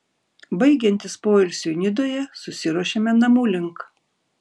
baigiantis poilsiui nidoje susiruošėme namų link